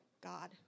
God